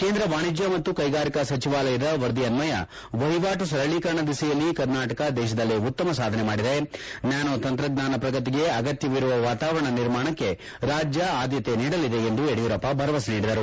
ಕೇಂದ್ರ ವಾಣಿಜ್ಯ ಮತ್ತು ಕೈಗಾರಿಕಾ ಸಚಿವಾಲಯದ ವರದಿ ಅನ್ವಯ ವಹವಾಟು ಸರಳೀಕರಣ ದಿಸೆಯಲ್ಲಿ ಕರ್ನಾಟಕ ದೇಶದಲ್ಲೇ ಉತ್ತಮ ಸಾಧನೆ ಮಾಡಿದೆ ನ್ಯಾನೊ ತಂತ್ರಜ್ಞಾನ ಪ್ರಗತಿಗೆ ಅಗತ್ಯವಿರುವ ವಾತಾವರಣ ನಿರ್ಮಾಣಕ್ಕೆ ರಾಜ್ಯ ಆದ್ಯತೆ ನೀಡಲಿದೆ ಎಂದು ಯಡಿಯೂರಪ್ಪ ಭರವಸೆ ನೀಡಿದರು